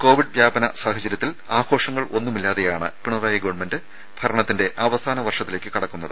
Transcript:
Covid വ്യാപന സാഹചര്യത്തിൽ ആഘോഷങ്ങൾ ഒന്നുമില്ലാതെയാണ് പിണറായി ഗവൺമെന്റ് ഭരണത്തിന്റെ അവസാന വർഷത്തിലേക്ക് കടക്കുന്നത്